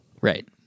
right